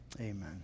Amen